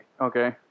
Okay